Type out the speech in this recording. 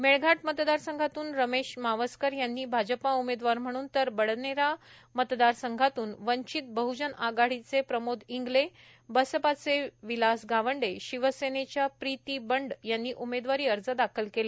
मेळघाट मतदारसंघातून रमेश मावसकर यांनी भाजपा उमेदवार म्हणून तर बडनेरा मतदारसंघातून वंचित बहजन आघाडीचे प्रमोद इंगले बसपाचे विलास गावंडे शिवसेनेच्या प्रिती संजय बंड यांनी उमेदवारी अर्ज दाखले केले